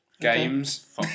games